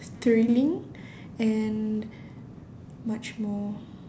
thrilling and much more